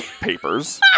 papers